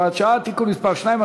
הוראת שעה) (תיקון מס' 2),